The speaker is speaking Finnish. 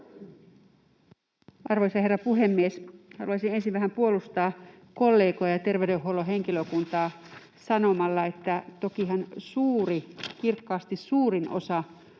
Arvoisa herra puhemies! Haluaisin ensin vähän puolustaa kollegoja, terveydenhuollon henkilökuntaa sanomalla, että tokihan suuri, kirkkaasti suurin osa